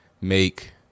make